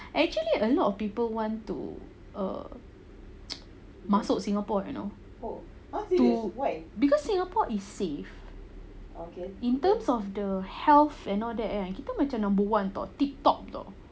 actually a lot of people want to err masuk singapore you know to because singapore is safe in terms of the health and all that and kita macam number one [tau] tip top [tau]